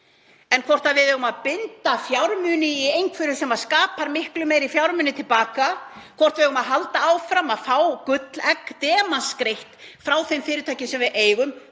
En hvort við eigum að binda fjármuni í einhverju sem skapar miklu meiri fjármuni til baka, hvort við eigum að halda áfram að fá gullegg, demantsgreitt, frá þeim fyrirtækjum sem við eigum: